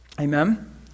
Amen